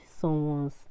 someone's